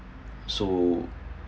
so